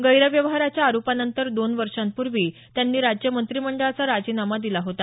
गैरव्यवहाराच्या आरोपांनंतर दोन वर्षांपूर्वी त्यांनी राज्य मंत्रिमंडळाचा राजिनामा दिला होता